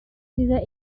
dieser